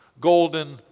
golden